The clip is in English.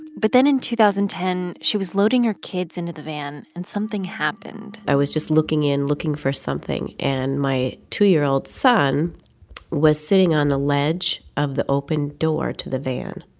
but then in two thousand and ten, she was loading her kids into the van and something happened i was just looking in, looking for something and my two year old son was sitting on the ledge of the open door to the van,